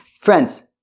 Friends